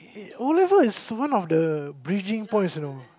oh that one is one of the bridging points you know